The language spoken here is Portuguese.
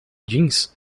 jeans